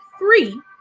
three